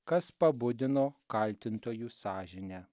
kas pabudino kaltintojų sąžinę